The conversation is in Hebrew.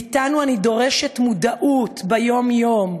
מאתנו אני דורשת מודעות ביום-יום,